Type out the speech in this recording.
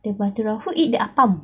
the batu who eat the apam